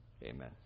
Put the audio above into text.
Amen